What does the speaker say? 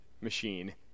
machine